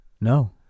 No